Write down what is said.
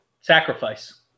Sacrifice